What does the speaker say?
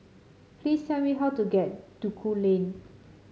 please tell me how to get Duku Lane